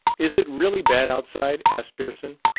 is it really bad outside? asked pearson.